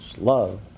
love